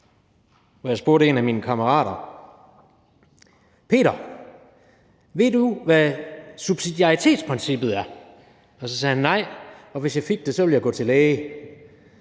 jeg spurgte en af mine kammerater: Peter, ved du, hvad subsidiaritetsprincippet er? Og så sagde han: Nej, og hvis jeg fik det, ville jeg gå til lægen.